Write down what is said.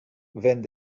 vent